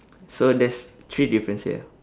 so there's three difference here